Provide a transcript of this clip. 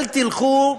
אל תלכו,